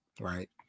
right